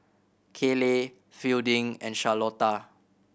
Kayley Fielding and Charlotta